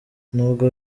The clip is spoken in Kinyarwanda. n’ubwo